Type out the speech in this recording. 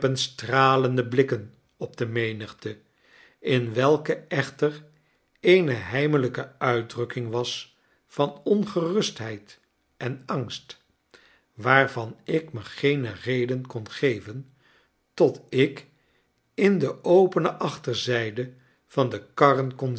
stralende blikken op de menigte in welke echter eene heimelijke uitdrukking was van ongerustheid en angst waarvan ik me geene reden kon geven tot ik in de opene achterzijde van de karren